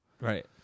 Right